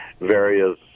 various